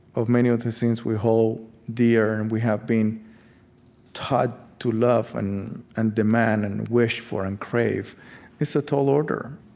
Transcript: of many of the things we hold dear and we have been taught to love and and demand and and wish for and crave is a tall order